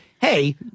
hey